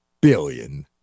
billion